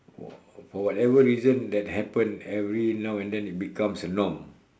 for for whatever reason that happen every now and then it becomes a norm